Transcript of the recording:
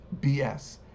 BS